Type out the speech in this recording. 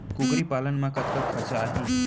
कुकरी पालन म कतका खरचा आही?